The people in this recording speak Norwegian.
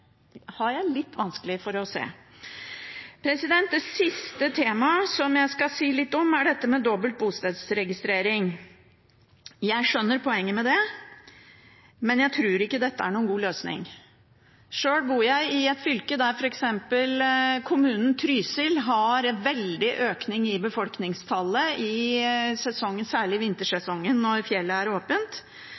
har jeg litt vanskelig for å se. Det siste temaet jeg skal si litt om, er dette med dobbel bostedsregistrering. Jeg skjønner poenget med det, men jeg tror ikke dette er noen god løsning. Selv bor jeg i et fylke der f.eks. kommunen Trysil har veldig økning i befolkningstallet særlig i vintersesongen, når fjellet er åpent.